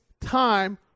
time